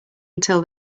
until